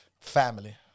Family